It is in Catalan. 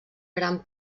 gran